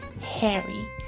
Harry